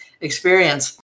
experience